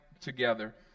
together